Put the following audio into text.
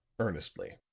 earnestly.